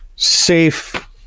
safe